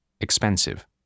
expensive